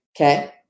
Okay